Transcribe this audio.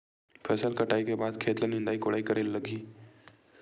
फसल कटाई के बाद खेत ल निंदाई कोडाई करेला लगही?